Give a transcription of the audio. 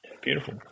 Beautiful